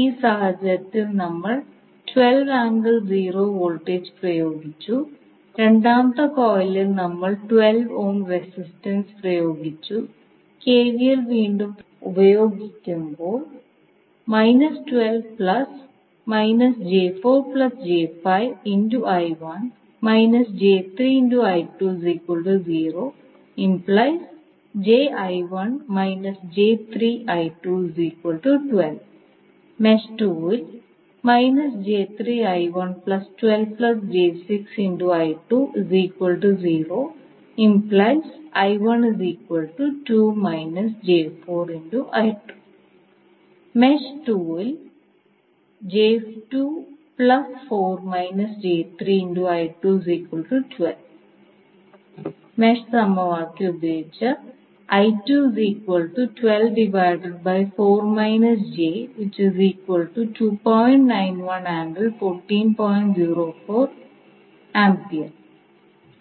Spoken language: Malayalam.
ഈ സാഹചര്യത്തിൽ നമ്മൾ വോൾട്ടേജ് പ്രയോഗിച്ചു രണ്ടാമത്തെ കോയിലിൽ നമ്മൾ 12 ഓം റെസിസ്റ്റൻസ് പ്രയോഗിച്ചു കെവിഎൽ വീണ്ടും ഉപയോഗിക്കുമ്പോൾ മെഷ് 2 ൽ മെഷ് 2 മെഷ് സമവാക്യം ഉപയോഗിച്ച്